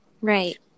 right